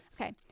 okay